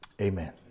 Amen